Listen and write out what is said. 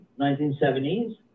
1970s